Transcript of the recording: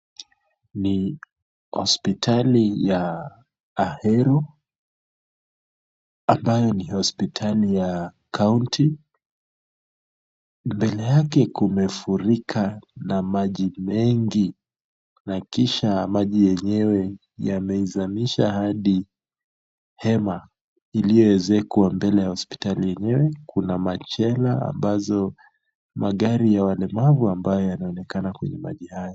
Ni hosipitali ya Ahero ambayo ni hosipitali ya county . Mbele yake kumefurika na maji mengi na kisha maji yenyewe yamezamisha hadi hema iliyoezekwa mbele ya hosipitali yenyewe, kuna machela ambazo magari ya walemavu ambayo yanaonekana kwenye maji hayo.